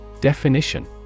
Definition